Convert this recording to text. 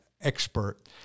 expert